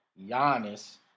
Giannis